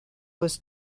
was